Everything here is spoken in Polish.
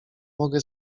mogę